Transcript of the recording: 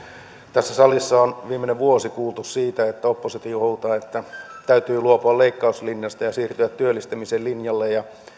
tässä salissa on viimeinen vuosi kuultu siitä että oppositio huutaa että täytyy luopua leikkauslinjasta ja siirtyä työllistämisen linjalle ja